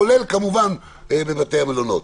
כולל כמובן את בתי המלון.